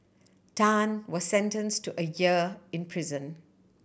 Tan was sentence to a year in prison